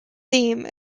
theme